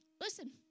Listen